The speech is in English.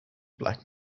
black